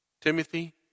Timothy